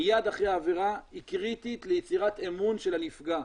מיד אחר העבירה היא קריטית ליצירת אמון של הנפגע.